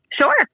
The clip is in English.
Sure